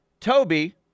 Toby